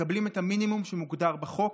מקבלים את המינימום שמוגדר בחוק,